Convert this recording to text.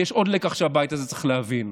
כי יש עוד לקח שהבית הזה צריך להבין: